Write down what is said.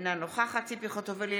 אינה נוכחת ציפי חוטובלי,